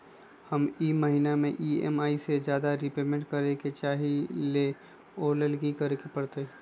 हम ई महिना में ई.एम.आई से ज्यादा रीपेमेंट करे के चाहईले ओ लेल की करे के परतई?